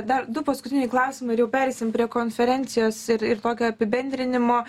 dar du paskutiniai klausimai ir jau pereisim prie konferencijos ir ir tokio apibendrinimo